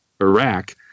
Iraq